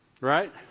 Right